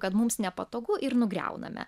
kad mums nepatogu ir nugriauname